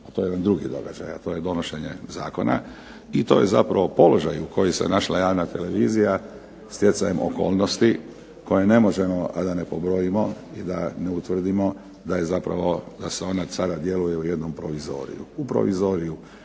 to je jedan drugi događaj, a to je donošenje zakona i to je zapravo položaj u kojem se našla javna televizija stjecajem okolnosti koje ne možemo a da ne pobrojimo i da ne utvrdimo da je zapravo, da …/Govornik